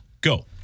Go